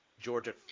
Georgia